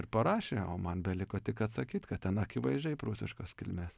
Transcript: ir parašė o man beliko tik atsakyt kad ten akivaizdžiai prūsiškos kilmės